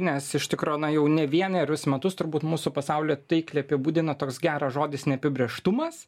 nes iš tikro na jau ne vienerius metus turbūt mūsų pasaulį taikliai apibūdina toks geras žodis neapibrėžtumas